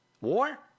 War